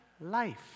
life